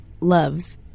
Loves